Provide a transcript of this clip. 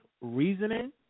Reasoning